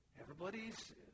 everybody's